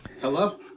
Hello